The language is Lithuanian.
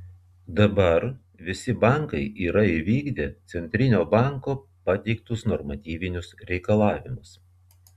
dabar visi bankai yra įvykdę centrinio banko pateiktus normatyvinius reikalavimus